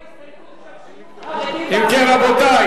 ובכן,